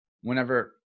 whenever